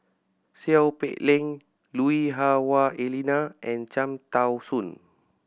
Seow Peck Leng Lui Hah Wah Elena and Cham Tao Soon